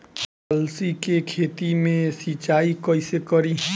अलसी के खेती मे सिचाई कइसे करी?